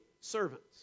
servants